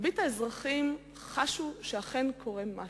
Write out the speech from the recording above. מרבית האזרחים חשו שאכן קורה משהו.